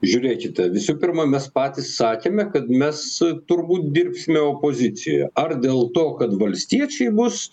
žiūrėkite visų pirma mes patys sakėme kad mes turbūt dirbsime opozicijoj ar dėl to kad valstiečiai bus